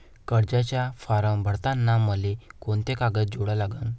कर्जाचा फारम भरताना मले कोंते कागद जोडा लागन?